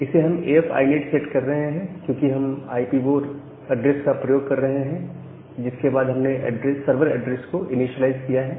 इसे हम AF INET set कर रहे हैं क्योंकि हम IPv4 एड्रेस का प्रयोग कर रहे हैं जिसके बाद हमने सर्वर ऐड्रेस को इनीशिएलाइज किया है